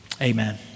amen